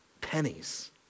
pennies